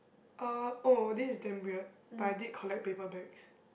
uh oh this is damn weird but I did collect paper bags